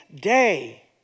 day